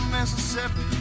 Mississippi